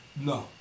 No